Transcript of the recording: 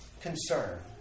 concern